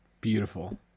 Beautiful